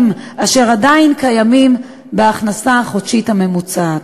אשר עדיין קיימים בהכנסה החודשית הממוצעת.